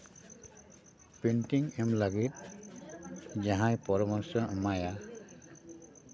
painting ᱮᱢ ᱞᱟᱹᱜᱤᱫ ᱡᱟᱦᱟᱸᱭ ᱯᱚᱨᱟᱢᱚᱨᱥᱚᱢ ᱮᱢᱟᱭᱟ